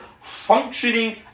functioning